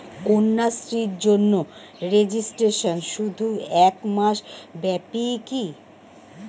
কন্যাশ্রীর জন্য রেজিস্ট্রেশন শুধু এক মাস ব্যাপীই কি?